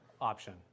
option